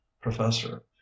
professor